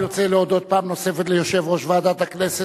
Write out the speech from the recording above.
אני רוצה להודות פעם נוספת ליושב-ראש ועדת הכנסת,